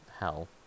Hell